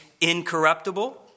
incorruptible